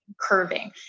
curving